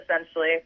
essentially